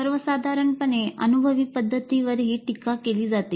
सर्वसाधारणपणे अनुभवी पध्दतीवरही टीका केली जाते